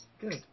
Good